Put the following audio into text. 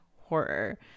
horror